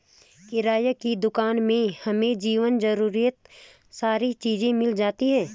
किराने की दुकान में हमें जीवन जरूरियात सारी चीज़े मिल जाती है